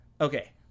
Okay